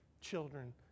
children